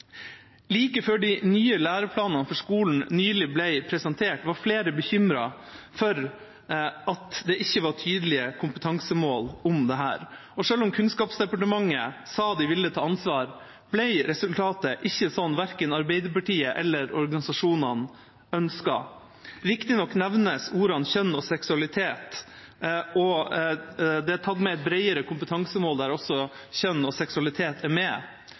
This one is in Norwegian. Like før de nye læreplanene for skolen nylig ble presentert, var flere bekymret for at det ikke var tydelige kompetansemål om dette. Selv om Kunnskapsdepartementet sa de ville ta ansvar, ble resultatet ikke sånn som verken Arbeiderpartiet eller organisasjonene ønsket. Riktignok nevnes ordene kjønn og seksualitet, og det er tatt med et bredere kompetansemål der også kjønn og seksualitet er med,